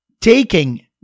taking